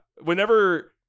Whenever